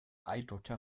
eidotter